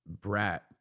Brat